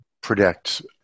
predict